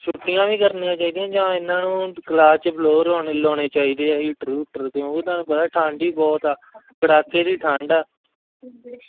ਛੁੱਟੀਆਂ ਵੀ ਕਰਨੀਆਂ ਚਾਹੀਦੀਆਂ ਜਾਂ ਇਹਨਾਂ ਨੂੰ ਕਲਾਸ 'ਚ ਬਲੋਰ ਹੋਣ ਲਾਉਣੇ ਚਾਹੀਦੇ ਆ ਹੀਟਰ ਹੂਟਰ ਕਿਉਂਕਿ ਤੁਹਾਨੂੰ ਪਤਾ ਠੰਡ ਹੀ ਬਹੁਤ ਆ ਕੜਾਕੇ ਦੀ ਠੰਡ ਆ